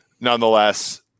nonetheless